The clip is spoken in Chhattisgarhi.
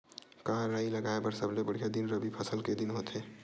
का राई लगाय बर सबले बढ़िया दिन रबी फसल के दिन होथे का?